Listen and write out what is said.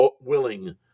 willing